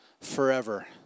forever